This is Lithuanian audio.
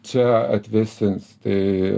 čia atvėsins tai